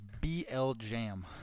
BLJAM